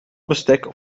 bestek